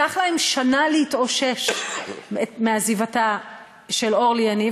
לקח להם שנה להתאושש מעזיבתה של אורלי יניב,